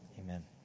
Amen